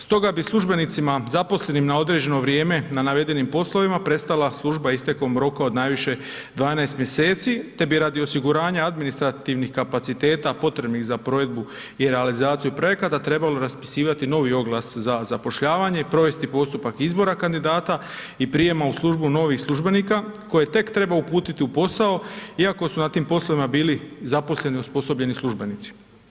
Stoga bi službenicima zaposlenim na određeno vrijeme na navedenim poslovima prestala služba istekom roka od najviše 12 mjeseci, te bi radi osiguranja administrativnih kapaciteta potrebnih za provedbu i realizaciju projekata trebalo raspisivati novi oglas za zapošljavanje, provesti postupak izbora kandidata i prijema u službu novih službenika koje tek treba uputiti u posao iako su na tim poslovima bili zaposleni osposobljeni službenici.